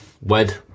wed